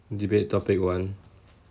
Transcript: debate topic one okay